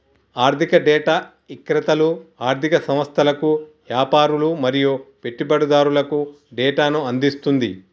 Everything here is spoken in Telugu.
ఆర్ధిక డేటా ఇక్రేతలు ఆర్ధిక సంస్థలకు, యాపారులు మరియు పెట్టుబడిదారులకు డేటాను అందిస్తుంది